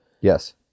Yes